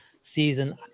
season